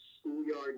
schoolyard